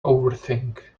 overthink